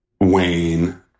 Wayne